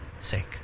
sake